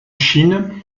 chine